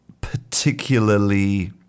particularly